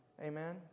Amen